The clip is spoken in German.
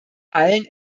allen